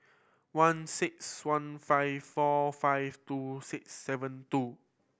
one six one five four five two six seven two